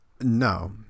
No